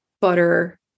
butter